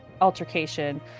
altercation